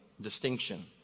distinction